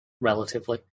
relatively